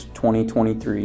2023